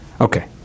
Okay